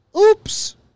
Oops